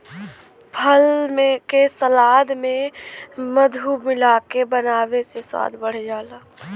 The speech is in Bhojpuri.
फल के सलाद में मधु मिलाके बनावे से स्वाद बढ़ जाला